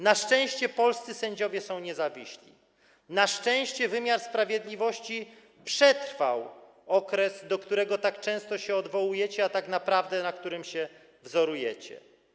Na szczęście polscy sędziowie są niezawiśli, na szczęście wymiar sprawiedliwości przetrwał okres, do którego tak często się odwołujecie, a tak naprawdę na którym się wzorujecie.